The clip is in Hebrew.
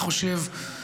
אני חושב,